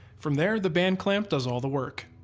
from there, the band clamp does all the work.